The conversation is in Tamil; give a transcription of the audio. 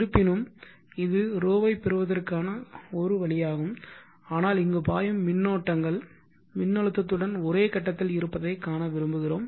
இருப்பினும் இது ρ ஐப் பெறுவதற்கான ஒரு வழியாகும் ஆனால் இங்கு பாயும் மின்னூட்டங்கள் மின்னழுத்தத்துடன் ஒரே கட்டத்தில் இருப்பதைக் காண விரும்புகிறோம்